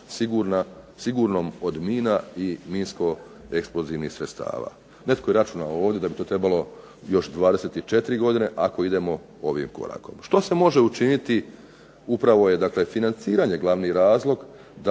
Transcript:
sigurnom od mina i minsko-eksplozivnih sredstava. Netko je računao ovdje da bi to trebalo još 24 godina ako idemo ovim korakom. Što se može učiniti, upravo je dakle financiranje glavni razlog